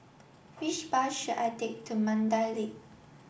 which bus should I take to Mandai Lake